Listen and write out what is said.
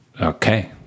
okay